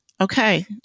okay